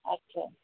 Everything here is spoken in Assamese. আচ্ছা